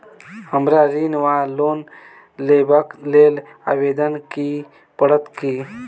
हमरा ऋण वा लोन लेबाक लेल आवेदन दिय पड़त की?